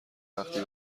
وقتی